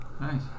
Nice